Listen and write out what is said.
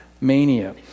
mania